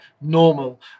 normal